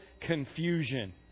confusion